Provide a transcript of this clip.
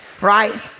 right